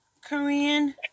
Korean